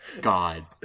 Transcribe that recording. God